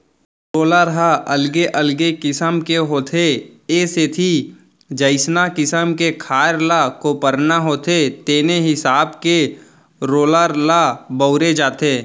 roller ह अलगे अलगे किसम के होथे ए सेती जइसना किसम के खार ल कोपरना होथे तेने हिसाब के रोलर ल बउरे जाथे